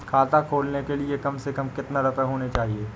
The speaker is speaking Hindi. खाता खोलने के लिए कम से कम कितना रूपए होने चाहिए?